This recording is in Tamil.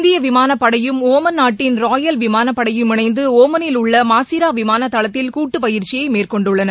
இந்திய விமானப்படையும் ஓமன் நாட்டின் ராயல் விமானப்படையும் இணைந்து ஓமனில் உள்ள மாசிரா விமான தளத்தில் கூட்டுப்பயிற்சியை மேற்கொண்டுள்ளன